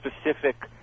specific